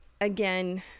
again